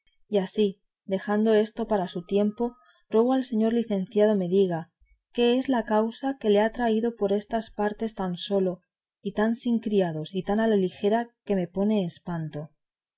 y así dejando esto para su tiempo ruego al señor licenciado me diga qué es la causa que le ha traído por estas partes tan solo y tan sin criados y tan a la ligera que me pone espanto